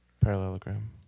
Parallelogram